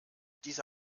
diese